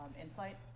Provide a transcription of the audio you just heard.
insight